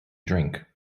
drink